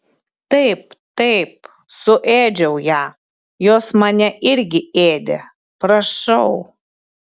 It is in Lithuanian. taip taip suėdžiau ją jos mane irgi ėdė prašau